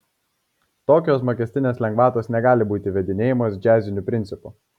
tokios mokestinės lengvatos negali būti įvedinėjamos džiaziniu principu